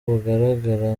bugaragara